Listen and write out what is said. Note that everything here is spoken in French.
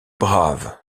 brave